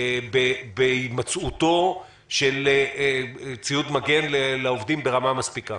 בהימצאותו של ציוד מגן לעובדים ברמה מספיקה.